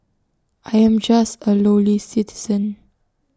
I am just A lowly citizen